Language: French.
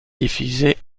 diffusé